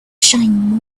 shine